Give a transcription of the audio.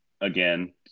again